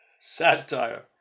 satire